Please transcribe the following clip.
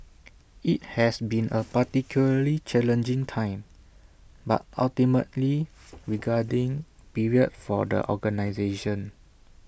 IT has been A particularly challenging time but ultimately rewarding period for the organisation